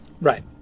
Right